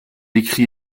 écrit